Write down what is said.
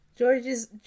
George's